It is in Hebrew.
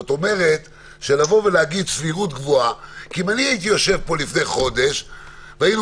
זאת אומרת שלהגיד "סבירות גבוהה" אם הייתי יושב פה לפני חודש והיינו